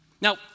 Now